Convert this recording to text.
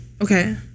Okay